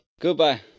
Goodbye